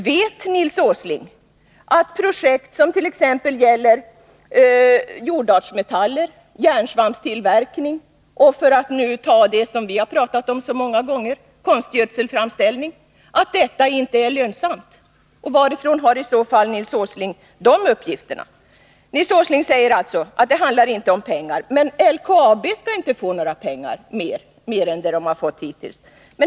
Vet Nils Åsling att projekt som gäller t.ex. jordartsmetaller, järnsvampstillverkning och — för att ta det som vi har talat om så många gånger — konstgödselframställning inte är lönsamma? Varifrån har i så fall Nils Åsling fått de uppgifterna? Nils Åsling säger alltså att det inte handlar om pengar. Men LKAB skall inte få mer pengar än de har fått hittills.